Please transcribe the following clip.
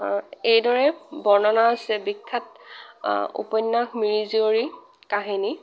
এইদৰে বৰ্ণনা হৈছে বিখ্যাত উপন্যাস মিৰি জীয়ৰী কাহিনী